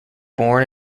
born